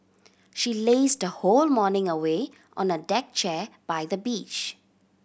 she lazed the whole morning away on a deck chair by the beach